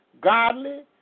godly